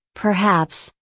perhaps,